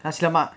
nasi lemak